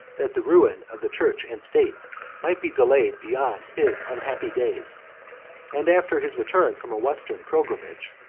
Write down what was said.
that the ruin of the church and state might be delayed beyond his unhappy days and after his return from a western pilgrimage,